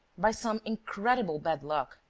by some incredible bad luck,